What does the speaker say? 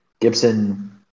Gibson